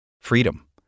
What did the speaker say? Freedom